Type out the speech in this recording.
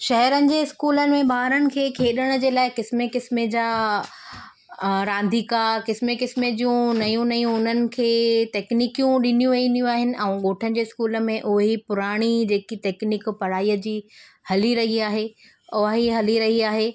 शहरनि जे स्कूल में ॿारनि खे खेॾण जे लाइ क़िस्मे क़िस्मे जा रांदीका क़िस्मे क़िस्मे जूं नयूं नयूं उन्हनि खे तकनिकियूं उन्हनि खे ॾिनियूं वेंदियूं आहिनि ऐं ॻोठनि जे स्कूल में उहे ई पुराणी जेकी तेकनिक पढ़ाईअ जी हली रही आहे उहा ई हली रही आहे